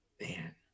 Man